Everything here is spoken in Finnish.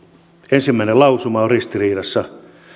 ensimmäinen lausuma on ristiriidassa